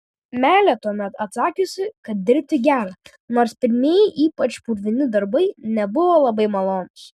meilė tuomet atsakiusi kad dirbti gera nors pirmieji ypač purvini darbai nebuvo labai malonūs